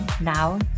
Now